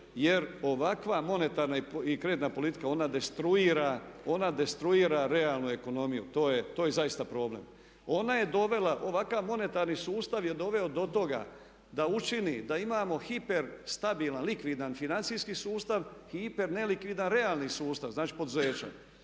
jer ovakva monetarna i kreditna politika ona destruira realnu ekonomiju. To je zaista problem. Ona je dovela, ovakav monetarni sustav je doveo do toga da učini, da imamo hiper stabilan likvidan financijski sustav, hiper nelikvidan realni sustav znači poduzeća.